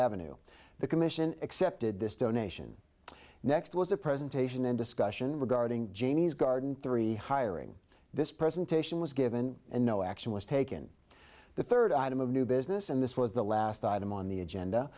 avenue the commission accepted this donation next was a presentation in discussion regarding jamie's garden three hiring this presentation was given and no action was taken the third item of new business and this was the last item on the agenda